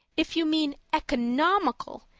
if you mean economical,